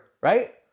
right